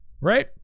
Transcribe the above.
Right